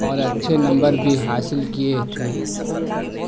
اور اچھے نمبر بھی حاصل کیے تھے